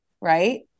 right